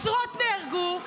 עשרות נהרגו,